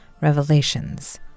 revelations